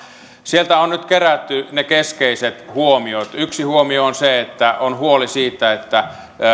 sieltä on nyt kerätty ne keskeiset huomiot yksi huomio on se että on huoli siitä